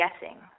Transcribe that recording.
guessing